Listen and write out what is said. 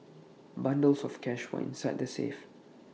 bundles of cash were inside the safe